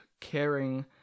caring